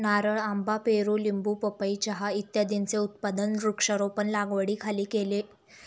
नारळ, आंबा, पेरू, लिंबू, पपई, चहा इत्यादींचे उत्पादन वृक्षारोपण लागवडीखाली होते